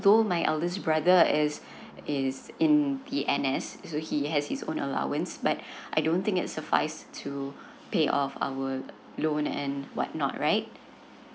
so my eldest brother is is in the N S so he has his own allowance but I don't think it's suffice to pay off our loan and what not right